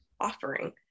offering